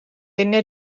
venne